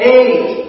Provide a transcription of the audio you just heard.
eight